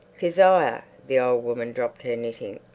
kezia! the old woman dropped her knitting.